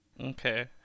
Okay